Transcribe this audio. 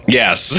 yes